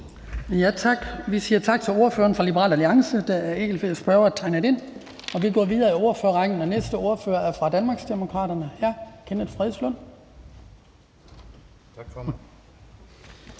Vi siger tak til ordføreren for Liberal Alliance. Der er ikke flere spørgere, der har indtegnet sig, og vi går videre i ordførerrækken. Næste ordfører er fra Danmarksdemokraterne. Hr. Kenneth Fredslund Petersen.